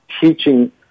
teaching